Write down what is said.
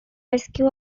rescue